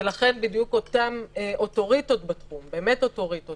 ולכן אותם אוטוריטות בתחום באמת אוטוריטות